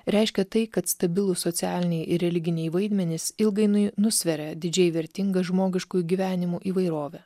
reiškia tai kad stabilūs socialiniai ir religiniai vaidmenys ilgainiui nusveria didžiai vertingą žmogiškųjų gyvenimų įvairovę